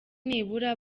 nibura